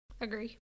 Agree